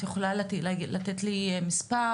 את יכולה לתת לי מספר.